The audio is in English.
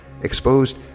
exposed